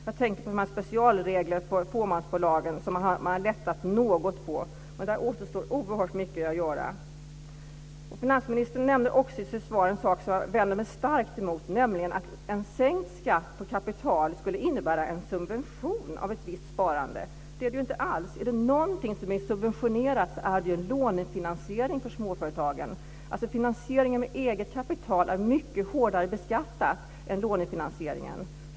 Jag tänker på de specialregler för fåmansbolagen som man har lättat något på, men där återstår oerhört mycket att göra. Finansministern nämnde också i sitt svar en sak som jag vänder mig starkt emot, nämligen att en sänkt skatt på kapital skulle innebära en subvention av ett visst sparande. Det är det ju inte alls. Om det är någonting som är subventionerat är det ju en lånefinansiering för småföretagen. Finansieringen med eget kapital är mycket hårdare beskattad än lånefinansieringen.